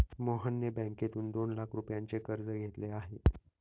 मोहनने बँकेतून दोन लाख रुपयांचे कर्ज घेतले आहे